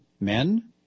men